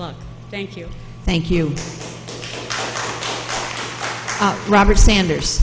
luck thank you thank you robert sanders